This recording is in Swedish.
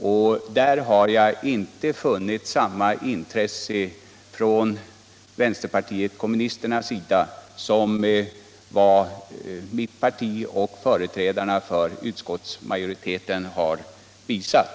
Och där har jag inte funnit samma intresse från vänsterpartiet kommunisternas sida för individens rätt som mitt parti och företrädarna för utskottsmajoriteten har visat.